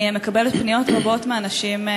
אני מקבלת פניות רבות מאנשים,